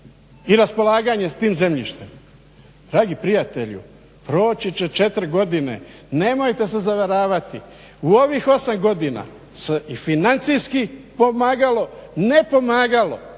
i raspolaganje s tim zemljištem? Dragi prijatelju proći će četiri godine, nemojte se zavaravati u ovih 8 godina se i financijski pomagalo, ne pomagalo